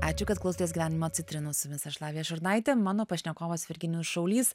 ačiū kad klausotės gyvenimo citrinų su jumis aš lavija šurnaitė mano pašnekovas virginijus šaulys